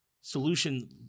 solution